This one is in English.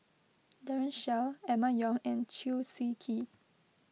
Daren Shiau Emma Yong and Chew Swee Kee